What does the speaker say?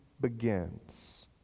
begins